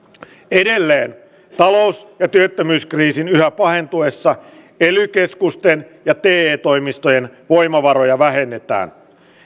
edelleen talous ja työttömyyskriisin yhä pahentuessa ely keskusten ja te toimistojen voimavaroja vähennetään